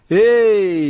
Hey